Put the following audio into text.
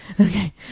Okay